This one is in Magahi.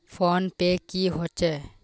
फ़ोन पै की होचे?